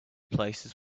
places